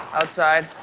outside.